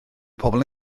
pobl